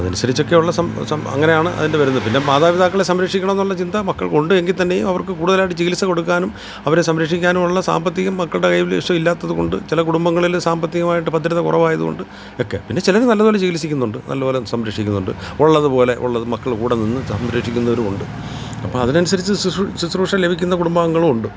അതനുസരിച്ച് ഒക്കെയുള്ള അങ്ങനെയാണ് അതിൻ്റെ വരുന്നത് പിന്നെ മാതാപിതാക്കളെ സംരക്ഷിക്കണം എന്നുള്ള ചിന്ത മക്കൾക്ക് ഉണ്ട് എങ്കിൽത്തന്നെയും അവർക്ക് കൂടുതലായിട്ട് ചികിത്സ കൊടുക്കാനും അവരെ സംരക്ഷിക്കാനും ഉള്ള സാമ്പത്തികം മക്കളുടെ കൈവശം ഇല്ലാത്തതുകൊണ്ട് ചില കുടുംബങ്ങളിൽ സാമ്പത്തികമായിട്ട് ഭദ്രത കുറവായതുകൊണ്ട് ഒക്കെ പിന്നെ ചിലത് നല്ലതുപോലെ ചികിത്സിക്കുന്നുണ്ട് നല്ലതുപോലെ സംരക്ഷിക്കുന്നുണ്ട് ഉള്ളത് പോലെ ഉള്ളത് മക്കൾ കൂടെ നിന്ന് സംരക്ഷിക്കുന്നവരും ഉണ്ട് അപ്പം അതിനനുസരിച്ച് ശുശ്രൂഷി ശുശ്രൂഷ ലഭിക്കുന്ന കുടുംബാംഗങ്ങളും ഉണ്ട്